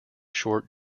short